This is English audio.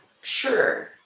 sure